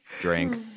Drink